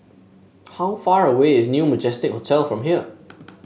how far away is New Majestic Hotel from here